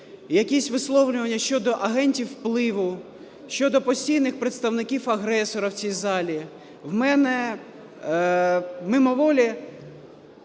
якісь висловлювання щодо агентів впливу, щодо постійних представників агресора в цій залі, у мене мимоволі